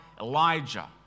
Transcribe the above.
Elijah